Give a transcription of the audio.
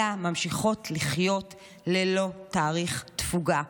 אלא ממשיכות לחיות ללא תאריך תפוגה.